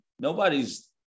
nobody's